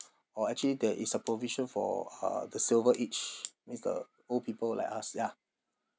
or actually there is a provision for uh the silver age means the old people like us ya